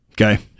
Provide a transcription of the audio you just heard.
Okay